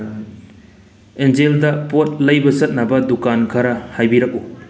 ꯑꯦꯟꯖꯦꯜꯗ ꯄꯣꯠ ꯂꯩꯕ ꯆꯠꯅꯕ ꯗꯨꯀꯥꯟ ꯈꯔ ꯍꯥꯏꯕꯤꯔꯛꯎ